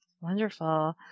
wonderful